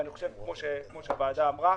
ואני חושב שכמו שהוועדה אמרה,